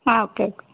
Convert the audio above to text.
ಹಾಂ okay okay